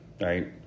right